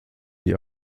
die